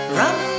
run